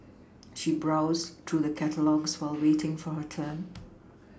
she browsed through the catalogues while waiting for her turn